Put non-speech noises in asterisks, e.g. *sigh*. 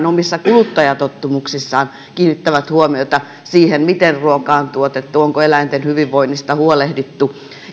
*unintelligible* omissa kuluttajatottumuksissaan kiinnittävät huomiota siihen miten ruoka on tuotettu onko eläinten hyvinvoinnista huolehdittu